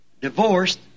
divorced